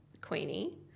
Queenie